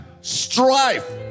strife